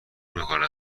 میکنه